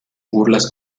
burlas